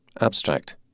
Abstract